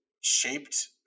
shaped